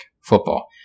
football